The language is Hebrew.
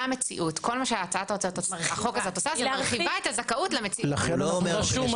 מציאות היא מרחיבה את הזכאות למציאות הקיימת.